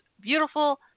beautiful